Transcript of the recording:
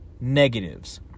negatives